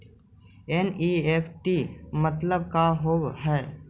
NEFT मतलब का होब हई?